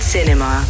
Cinema